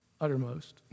Uttermost